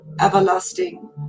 everlasting